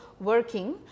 working